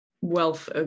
wealth